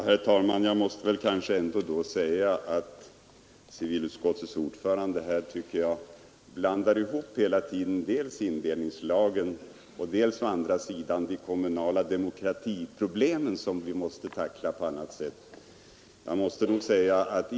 Herr talman! Enligt min mening blandar civilutskottets ordförande hela tiden ihop å ena sidan indelningslagen och å andra sidan de kommunala demokratiproblemen, som vi måste tackla på annat sätt.